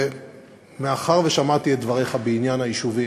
מאחר ששמעתי את דבריך בעניין היישובים,